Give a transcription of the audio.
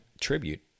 tribute